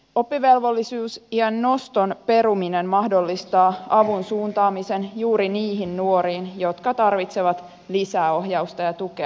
oppivelvollisuusiän noston peruminen mahdollistaa avun suuntaamisen juuri niihin nuoriin jotka tarvitsevat lisäohjausta ja tukea